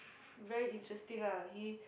very interesting ah he